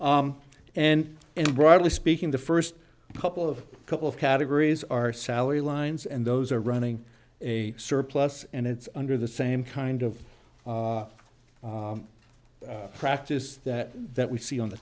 and and broadly speaking the first couple of couple of categories are salary lines and those are running a surplus and it's under the same kind of practice that that we see on the